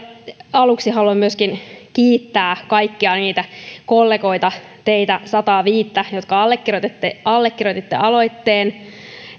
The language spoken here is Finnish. aluksi haluan myöskin kiittää kaikkia niitä kollegoita teitä sataaviittä jotka allekirjoititte allekirjoititte aloitteen